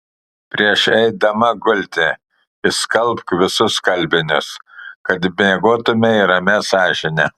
prieš eidama gulti išskalbk visus skalbinius kad miegotumei ramia sąžine